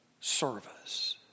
service